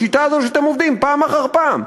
בשיטה הזאת שאתם עובדים בה פעם אחר פעם.